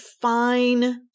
fine